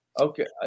Okay